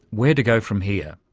where to go from here?